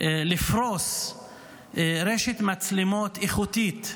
לפרוס רשת מצלמות איכותית,